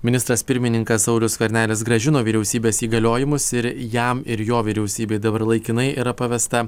ministras pirmininkas saulius skvernelis grąžino vyriausybės įgaliojimus ir jam ir jo vyriausybei dabar laikinai yra pavesta